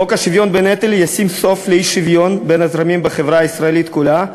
חוק השוויון בנטל ישים סוף לאי-שוויון בין הזרמים בחברה הישראלית כולה.